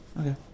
Okay